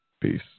Peace